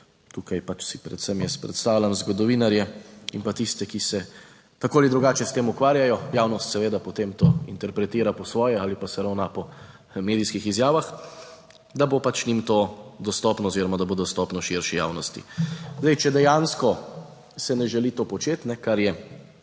tukaj pač si predvsem jaz predstavljam zgodovinarje in pa tiste, ki se tako ali drugače s tem ukvarjajo, javnost seveda potem to interpretira po svoje ali pa se ravna po medijskih izjavah, da bo pač njim to dostopno oziroma da bo dostopno širši javnosti. Zdaj, če dejansko se ne želi to početi, kar je